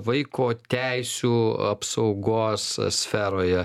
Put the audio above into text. vaiko teisių apsaugos sferoje